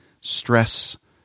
stress